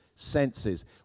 senses